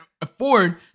afford